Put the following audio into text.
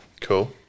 Cool